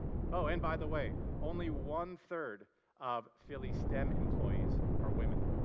oh, and by the way, only one third of filly's stem employees are women.